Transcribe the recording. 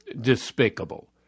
despicable